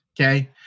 Okay